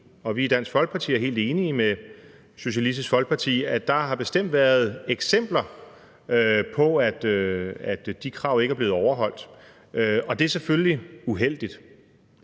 er i Dansk Folkeparti helt enige med Socialistisk Folkeparti om, at der bestemt har været eksempler på, at de krav ikke er blevet overholdt, og det er selvfølgelig uheldigt.